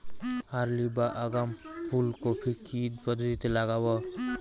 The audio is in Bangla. আর্লি বা আগাম ফুল কপি কি পদ্ধতিতে লাগাবো?